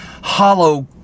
hollow